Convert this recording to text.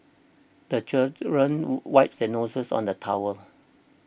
the children wipe their noses on the towel